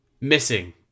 missing